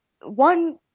one